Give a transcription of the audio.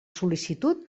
sol·licitud